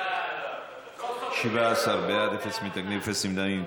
17 בעד, אפס מתנגדים ואפס נמנעים.